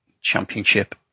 Championship